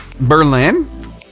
Berlin